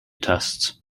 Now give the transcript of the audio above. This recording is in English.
tests